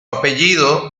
apellido